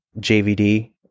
JVD